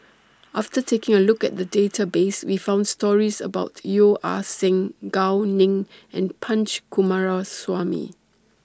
after taking A Look At The Database We found stories about Yeo Ah Seng Gao Ning and Punch Coomaraswamy